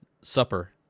supper